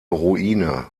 ruine